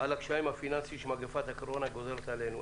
על הקשיים הפיננסיים שמגפת הקורונה גוזרת עלינו.